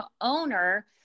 owner